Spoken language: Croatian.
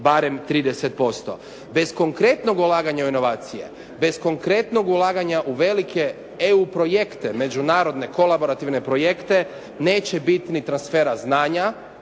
barem 30%. Bez konkretnog ulaganja u inovacije, bez konkretnog ulaganja u velike EU projekte, međunarodne, kolaborativne projekte neće biti ni transfera znanja